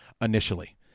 initially